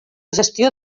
gestió